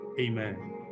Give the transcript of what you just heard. Amen